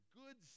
good